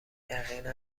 یقینا